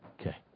Okay